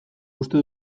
uste